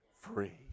free